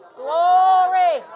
glory